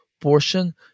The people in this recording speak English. portion